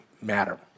matter